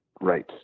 right